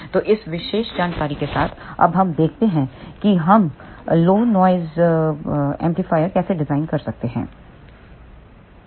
तो इस विशेष जानकारी के साथ अब हम देखते हैं कि हम लो नॉइस एम्पलीफायर कैसे डिजाइन कर सकते हैं